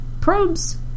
probes